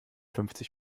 fünfzig